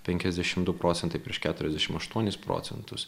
penkiasdešimt du procentai prieš keturiasdešimt aštuonis procentus